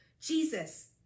Jesus